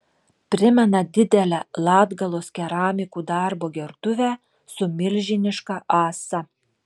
primena didelę latgalos keramikų darbo gertuvę su milžiniška ąsa